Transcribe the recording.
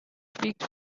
speak